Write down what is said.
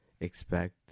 expect